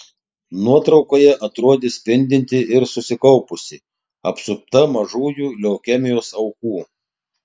nuotraukoje atrodė spindinti ir susikaupusi apsupta mažųjų leukemijos aukų